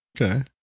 Okay